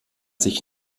sich